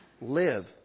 live